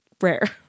rare